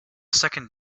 second